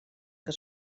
que